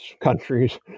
countries